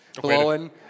blowing